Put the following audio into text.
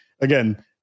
again